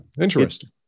interesting